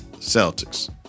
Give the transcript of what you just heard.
Celtics